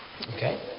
Okay